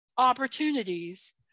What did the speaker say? opportunities